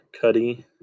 Cuddy